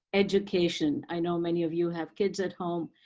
education. i know many of you have kids at home.